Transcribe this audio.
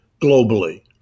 globally